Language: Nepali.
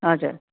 हजुर